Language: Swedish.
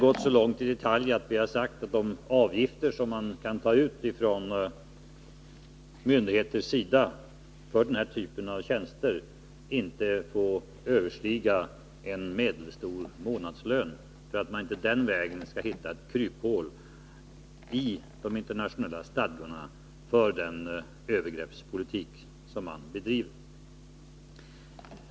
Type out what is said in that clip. gått så långt i detalj, att vi har sagt att de avgifter som man från myndigheternas sida kan ta ut för denna typ av tjänster inte får överskrida en medelstor månadslön, för att man inte den vägen skall hitta ett kryphål i de internationella stadgarna för den övergreppspolitik som man bedriver.